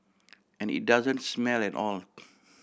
and it doesn't smell at all